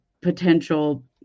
potential